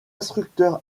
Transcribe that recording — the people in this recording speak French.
instructeur